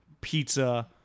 pizza